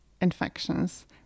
infections